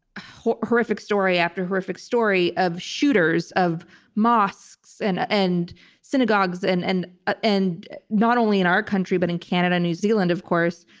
ah horrific story after horrific story of shooters of mosques and and synagogues, and and ah and not only in our country but in canada new zealand, of course.